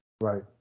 Right